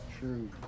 True